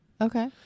okay